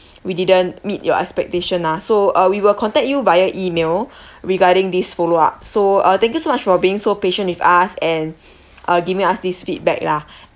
we didn't meet your expectation lah so uh we will contact you via email regarding this follow up so uh thank you so much for being so patient with us and uh giving us these feedback lah